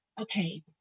okay